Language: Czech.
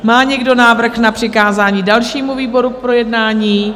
Má někdo návrh na přikázání dalšímu výboru k projednání?